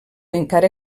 encara